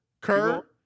Kerr